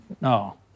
No